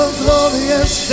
glorious